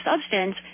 substance